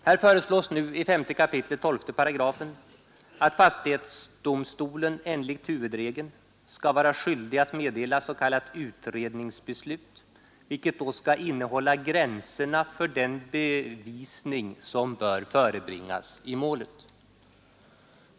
Här föreslås nu i 5 kap. 12 § att fastighetsdomstolen enligt huvudregeln skall vara skyldig att meddela s.k. utredningsbeslut, vilket då skall innehålla gränserna för den bevisning som bör förebringas i målet.